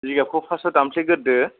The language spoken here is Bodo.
जिगाबखौ फार्स्टआव दानफ्लेग्रोदो